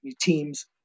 teams